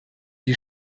die